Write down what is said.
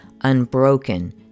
unbroken